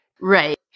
Right